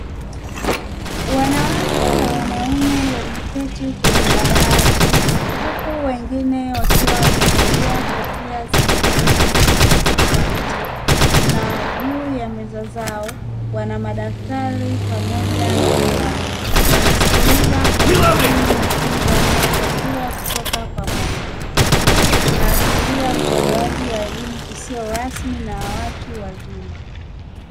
Wanawake na wanaume wameketi kwenye madawati huku wengine wakiwa wamevalia kofia zenye rangi tofautitofauti na juu za meza zao wana madaftari pamoja na kalamu, wanasikiliza kwa makini mafunzo wanayopatiwa kutoka kwa mwalimu. Hii inaashiria utolewaji wa elimu isiyokua rasmi na ya watu wazima.